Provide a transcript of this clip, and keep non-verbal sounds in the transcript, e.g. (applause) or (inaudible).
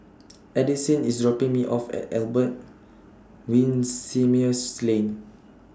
(noise) Addisyn IS dropping Me off At Albert Winsemius Lane